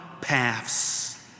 paths